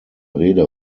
rede